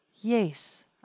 Yes